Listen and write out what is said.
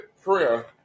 prayer